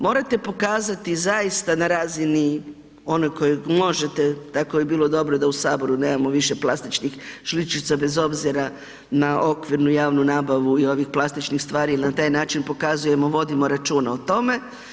Morate pokazati zaista na razini onoj kojoj možete, tako bi bilo dobro da u saboru nemamo više plastičnih žličica bez obzira na okvirnu javnu nabavu i ovih plastičnih stvari i na taj način pokazujemo, vodimo računa o tome.